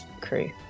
crew